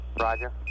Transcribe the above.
Roger